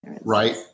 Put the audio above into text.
Right